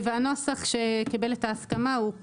והנוסח שקיבל את ההסכמה הוא כזה,